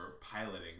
piloting